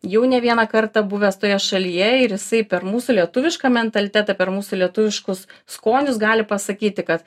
jau ne vieną kartą buvęs toje šalyje ir jisai per mūsų lietuvišką mentalitetą per mūsų lietuviškus skonius gali pasakyti kad